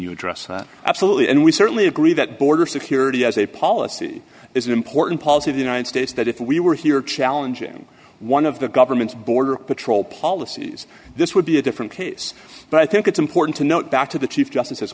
you address absolutely and we certainly agree that border security as a policy is an important policy of the united states that if we were here challenging one of the government's border patrol policies this would be a different case but i think it's important to note back to the chief justice h